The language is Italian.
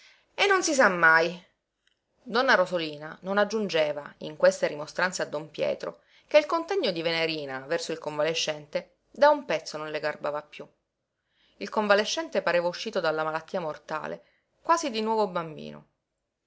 e non si sa mai donna rosolina non aggiungeva in queste rimostranze a don pietro che il contegno di venerina verso il convalescente da un pezzo non le garbava piú il convalescente pareva uscito dalla malattia mortale quasi di nuovo bambino